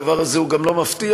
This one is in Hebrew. הדבר הזה גם לא מפתיע,